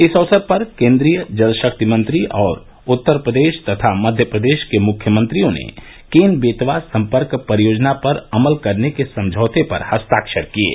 इस अवसर पर केन्द्रीय जल शक्ति मंत्री और उत्तर प्रदेश तथा मध्य प्रदेश के मुख्यमंत्रियों ने केन बेतवा संपर्क परियोजना पर अमल करने के समझौते पर हस्ताक्षर किये